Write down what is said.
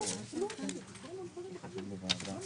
שלום לכולם.